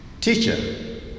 Teacher